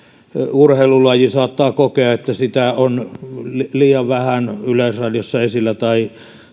urheilulaji saattaa kokea että sitä on liian vähän yleisradiossa esillä tai